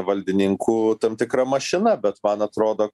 valdininkų tam tikra mašina bet man atrodo